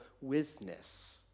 witness